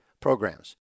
programs